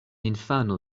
infano